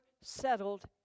settled